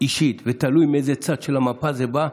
אישית ושתלוי מאיזה צד של המפה זה בא,